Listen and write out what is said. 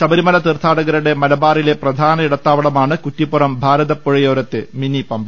ശബരിമല തീർത്ഥാടകരുടെ മലബാറിലെ പ്രധാന ഇടത്താവളമാണ് കുറ്റിപ്പുറം ഭാരതപ്പുഴയോരത്തെ മിനി പമ്പ